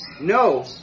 No